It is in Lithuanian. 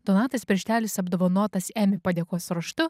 donatas pirštelis apdovanotas emi padėkos raštu